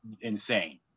insane